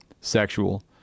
sexual